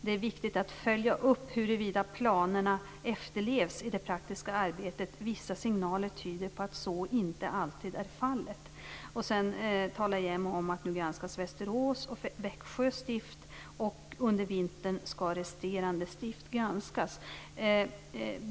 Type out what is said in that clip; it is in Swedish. Det är viktigt att följa upp huruvida planerna efterlevs i det praktiska arbetet. Vissa signaler tyder på att så inte alltid är fallet". Sedan talar JämO om att Västerås och Växjö stift nu granskas. Under vintern skall resterande stift granskas.